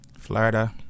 Florida